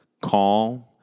Calm